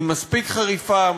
היא מספיק חריפה,